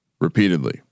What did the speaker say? repeatedly